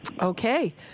Okay